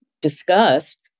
discussed